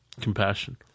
Compassion